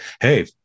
hey